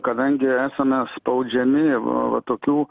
kadangi esame spaudžiami va va tokių